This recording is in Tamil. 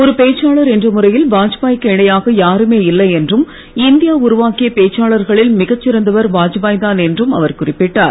ஒரு பேச்சாளர் என்ற முறையில் வாஜ்பாய் க்கு இணையாக யாருமே இல்லை என்றும் இந்தியா உருவாக்கிய பேச்சாளர்களில் மிகச்சிறந்தவர் வாஜ்பாய் தான் என்றும் அவர் குறிப்பிட்டார்